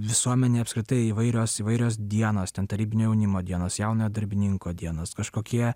visuomenėj apskritai įvairios įvairios dienos ten tarybinio jaunimo dienos jaunojo darbininko dienos kažkokie